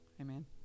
Amen